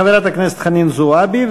חברת הכנסת חנין זועבי,